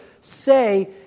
say